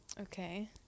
Okay